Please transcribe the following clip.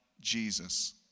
Jesus